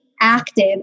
active